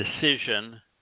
decision